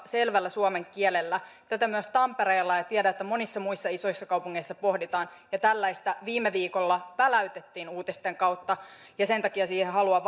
selvällä suomen kielellä tätä myös tampereella pohditaan ja tiedän että monissa muissa isoissa kaupungeissa pohditaan ja tällaista viime viikolla väläytettiin uutisten kautta ja sen takia siihen haluan